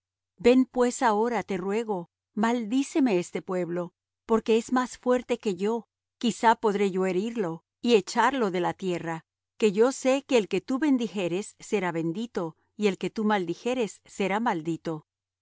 ven pues ahora te ruego maldíceme este pueblo porque es más fuerte que yo quizá podré yo herirlo y echarlo de la tierra que yo sé que el que tú bendijeres será bendito y el que tú maldijeres será maldito y